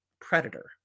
predator